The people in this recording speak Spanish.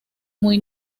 muy